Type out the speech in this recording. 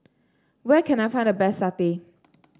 where can I find the best satay